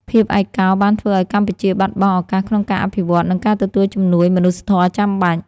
ភាពឯកោបានធ្វើឱ្យកម្ពុជាបាត់បង់ឱកាសក្នុងការអភិវឌ្ឍ និងការទទួលជំនួយមនុស្សធម៌ចាំបាច់។